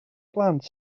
blant